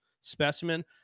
specimen